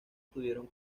tuvieron